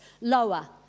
lower